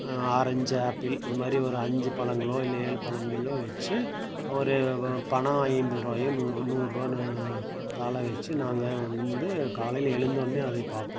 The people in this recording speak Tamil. ஆரஞ்சு ஆப்பிள் இது மாதிரி ஒரு அஞ்சு பழங்களோ இல்லை ஏழு பழங்களையோ வச்சு ஒரு பணம் ஐநூறுரூவாயோ நூறு நூறுரூவா தாளை வச்சு நாங்கள் வந்து காலையில் எழுந்தோவுன்னையே அதை பார்ப்போம்